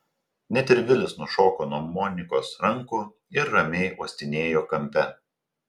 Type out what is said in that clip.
net ir vilis nušoko nuo monikos rankų ir ramiai uostinėjo kampe